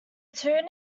tune